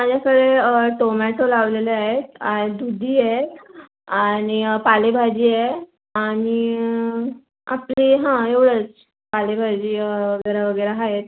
माझ्याकडे टोमॅटो लावलेले आहेत आ दुधी आहे आणि पालेभाजी आहे आणि आपली हां एवढंच पालेभाजी वगैरे वगैरे आहेत